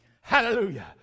Hallelujah